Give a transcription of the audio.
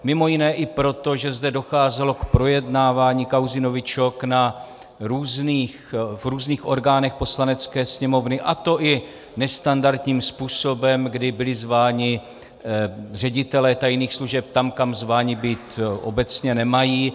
Mimo jiné i proto, že zde docházelo k projednávání kauzy novičok v různých orgánech Poslanecké sněmovny, a to i nestandardním způsobem, kdy byli zváni ředitelé tajných služeb tam, kam zváni být obecně nemají.